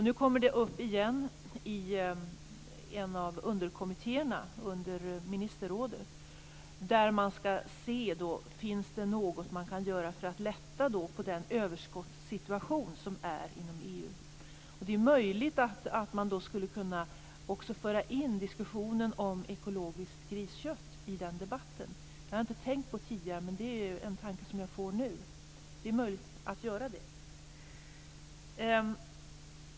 Nu kommer det upp igen i en av underkommittéerna till ministerrådet, där man skall se om det finns något man kan göra för att lätta på den överskottssituation som råder inom EU. Det är möjligt att man också skulle kunna föra in diskussionen om ekologiskt griskött i den debatten. Det har jag inte tänkt på tidigare. Det är en tanke som jag får nu. Det är möjligt att göra det.